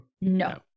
No